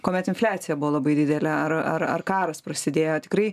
kuomet infliacija buvo labai didelė ar ar ar karas prasidėjo tikrai